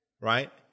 Right